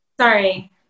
Sorry